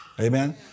Amen